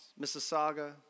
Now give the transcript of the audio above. Mississauga